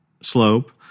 slope